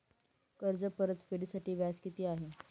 कर्ज परतफेडीसाठी व्याज किती आहे?